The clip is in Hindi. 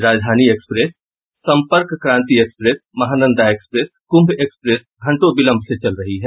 राजधानी express Sampark Kranti express Mahananda express Kumbh express घंटों विलंब से चल रही है